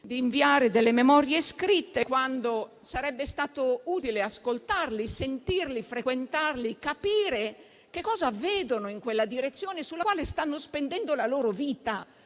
di inviare delle memorie scritte, quando sarebbe stato utile ascoltarli, sentirli, frequentarli e capire cosa vedono in quella direzione, sulla quale stanno spendendo la loro vita.